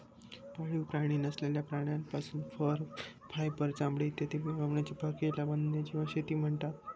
पाळीव प्राणी नसलेल्या प्राण्यांपासून फर, फायबर, चामडे इत्यादी मिळवण्याच्या प्रक्रियेला वन्यजीव शेती म्हणतात